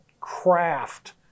craft